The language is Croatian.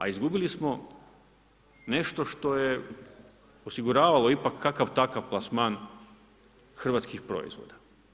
A izgubili smo nešto što je osiguravalo ipak kakav takav plasman hrvatskih proizvoda.